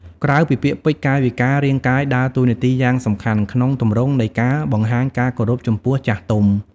ក្រៅពីពាក្យពេចន៍ កាយវិការរាងកាយដើរតួនាទីយ៉ាងសំខាន់ក្នុងទម្រង់នៃការបង្ហាញការគោរពចំពោះចាស់ទុំ។